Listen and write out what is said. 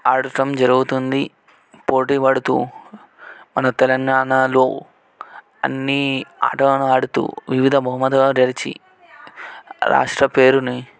ఆడటం జరుగుతుంది పోటీపడుతూ మన తెలంగాణాలో అన్నీ ఆటలు ఆడుతూ వివిధ బహుమతులు గెలిచి రాష్ట్ర పేరుని